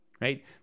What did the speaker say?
right